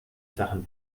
sachen